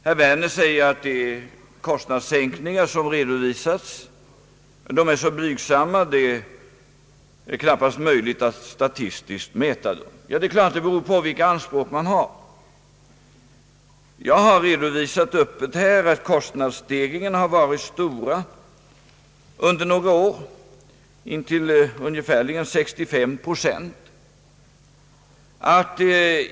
Herr Werner säger att de kostnadssänkningar som redovisats är så blygsamma att det knappast är möjligt att statistiskt mäta dem. Det beror givetvis på vilka anspråk man har. Jag har här öppet redovisat att kostnadsstegringarna varit stora under några år, intill ungefär 65 procent.